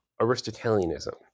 Aristotelianism